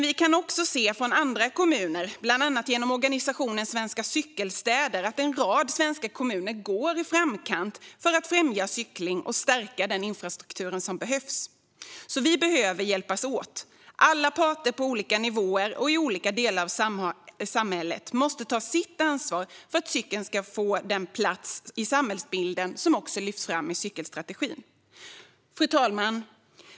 Vi kan från andra kommuner, bland annat genom organisationen Svenska Cykelstäder, se att en rad svenska kommuner är i framkant för att främja cykling och stärka den infrastruktur som behövs. Vi behöver hjälpas åt. Alla parter på olika nivåer och i olika delar av samhället måste ta sitt ansvar för att cykeln ska få den plats i samhällsbilden som lyfts i cykelstrategin. Fru talman!